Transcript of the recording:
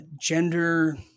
gender